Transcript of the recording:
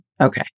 Okay